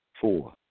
Four